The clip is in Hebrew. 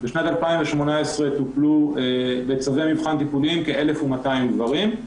בשנת 2018 טופלו בצווי מבחן כ-1,200 גברים,